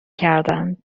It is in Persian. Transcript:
کردند